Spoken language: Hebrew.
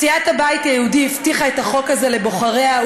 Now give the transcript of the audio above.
סיעת הבית היהודי הבטיחה את החוק הזה לבוחריה,